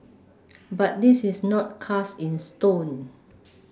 but this is not cast in stone